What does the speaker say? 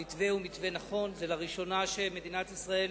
המתווה הוא מתווה נכון, לראשונה מדינת ישראל